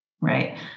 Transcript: right